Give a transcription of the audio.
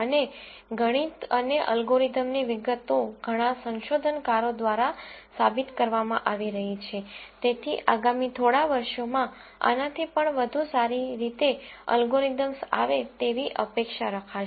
અને ગણિત અને અલ્ગોરિધમની વિગતો ઘણા સંશોધનકારો દ્વારા સાબિત કરવામાં આવી રહી છે તેથી આગામી થોડા વર્ષોમાં આનાથી પણ વધુ સારી રીતે અલ્ગોરિધમ આવે તેવી અપેક્ષા રખાશે